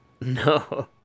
No